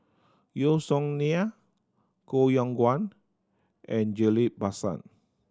Yeo Song Nian Koh Yong Guan and Ghillie Basan